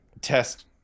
test